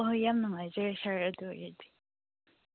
ꯍꯣꯏ ꯍꯣꯏ ꯌꯥꯝ ꯅꯨꯡꯉꯥꯏꯖꯔꯦ ꯁꯥꯔ ꯑꯗꯨ ꯑꯣꯏꯔꯗꯤ